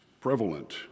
prevalent